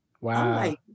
Wow